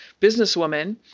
businesswoman